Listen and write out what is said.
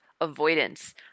avoidance